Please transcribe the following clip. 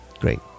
Great